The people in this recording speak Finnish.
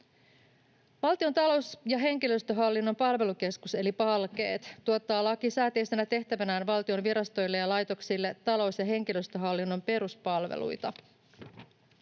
Valtion talous- ja henkilöstöhallinnon palvelukeskus eli Palkeet tuottaa lakisääteisenä tehtävänään valtion virastoille ja laitoksille talous- ja henkilöstöhallinnon peruspalveluita.